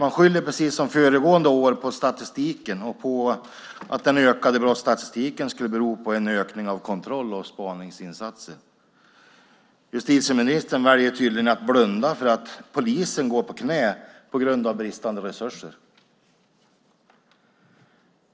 Man skyller precis som föregående år på statistiken och menar att ökningen i brottsstatistiken skulle bero på en ökning av kontroll och spaningsinsatser. Justitieministern väljer tydligen att blunda för att polisen går på knäna på grund av bristande resurser.